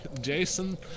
Jason